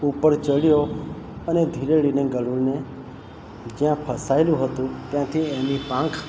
ઉપર ચઢ્યો અને ધીરે રહીને ગરૂડને જ્યાં ફસયેલું હતું ત્યાંથી એની પાંખ